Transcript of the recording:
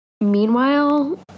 Meanwhile